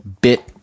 bit